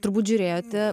turbūt žiūrėjote